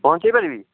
ପହଞ୍ଚାଇ ପାରିବି